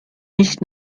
nicht